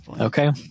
Okay